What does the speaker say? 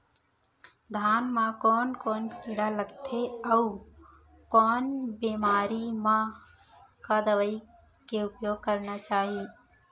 धान म कोन कोन कीड़ा लगथे अऊ कोन बेमारी म का दवई के उपयोग करना चाही?